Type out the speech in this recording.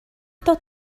dod